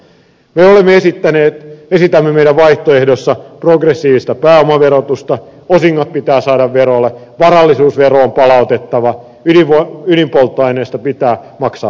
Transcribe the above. me esitämme meidän vaihtoehdossamme progressiivista pääomaverotusta osingot pitää saada verolle varallisuusvero on palautettava ydinpolttoaineesta pitää maksaa veroa